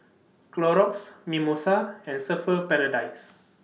Clorox Mimosa and Surfer's Paradise